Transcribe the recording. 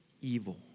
evil